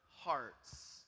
hearts